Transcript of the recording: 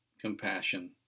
compassion